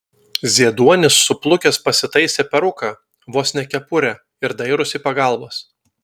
zieduonis suplukęs pasitaisė peruką vos ne kepurę ir dairosi pagalbos